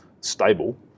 Stable